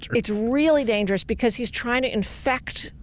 it's really dangerous because he's trying to infect,